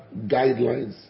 guidelines